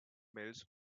mills